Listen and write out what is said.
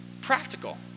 practical